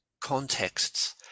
contexts